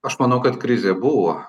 aš manau kad krizė buvo